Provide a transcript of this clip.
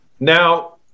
Now